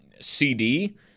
CD